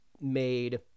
made